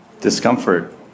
Discomfort